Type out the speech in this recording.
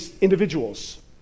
individuals